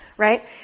Right